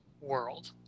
world